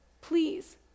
please